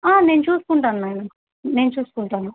నేను చూసుకుంటాను మేడం నేను చూసుకుంటాను